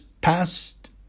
passed